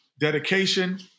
dedication